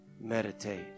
Meditate